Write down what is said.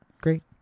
Great